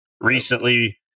recently